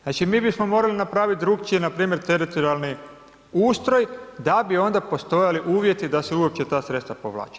Znači, mi bismo morali napraviti drukčije npr. teritorijalni ustroj da bi onda postojali uvjeti da se uopće ta sredstava povlače.